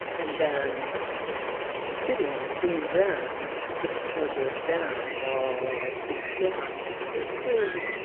and then sitting, doing zen, you put the snow globe down, and it all sinks down. and there's clarity.